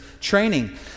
training